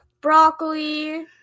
broccoli